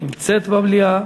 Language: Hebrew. נמצאת במליאה.